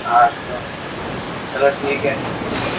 آج تو چلو ٹھیک ہے